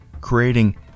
creating